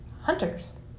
hunters